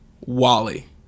Wally